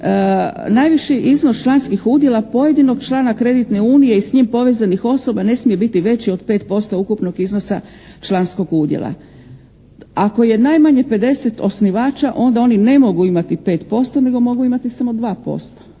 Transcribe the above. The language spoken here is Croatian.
najviši iznos članskih udjela pojedinog člana kreditne unije i s njim povezanih osoba ne smije biti veći od 5% ukupnog iznosa članskog udjela. Ako je najmanje 50 osnivača onda oni ne mogu imati 5% nego mogu imati samo 2%.